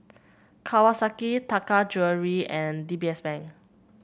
Kawasaki Taka Jewelry and D B S Bank